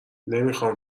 نمیخام